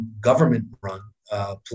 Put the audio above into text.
government-run